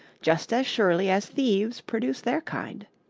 just as surely as thieves produce their kind.